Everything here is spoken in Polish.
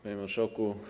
Panie Marszałku!